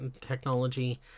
technology